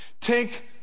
take